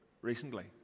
recently